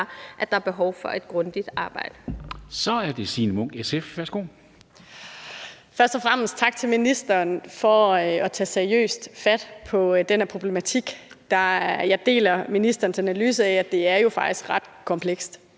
Så er det Signe Munk, SF. Værsgo. Kl. 13:18 Signe Munk (SF): Først og fremmest tak til ministeren for at tage seriøst fat på den her problematik. Jeg deler ministerens analyse af, at det jo faktisk er ret komplekst.